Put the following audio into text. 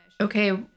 Okay